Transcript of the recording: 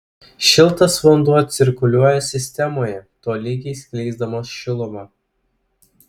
šiltas vanduo cirkuliuoja sistemoje tolygiai skleisdamas šilumą